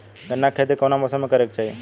गन्ना के खेती कौना मौसम में करेके चाही?